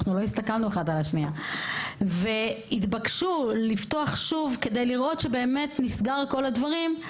לא נפגשנו והתבקשו לפתוח שוב כדי לוודא שנסגרו כל הדברים,